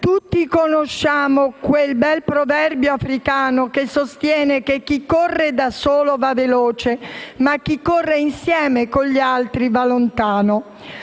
Tutti conosciamo quel bel proverbio africano che sostiene che chi corre da solo va veloce, ma chi corre insieme, con gli altri, va lontano.